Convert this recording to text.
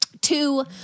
two